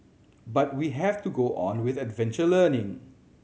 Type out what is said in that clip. but we have to go on with adventure learning